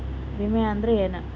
ವಿಮೆ ಅಂದ್ರೆ ಏನ?